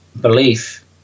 belief